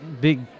big